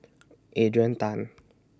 Adrian Tan